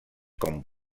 com